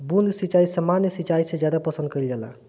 बूंद सिंचाई सामान्य सिंचाई से ज्यादा पसंद कईल जाला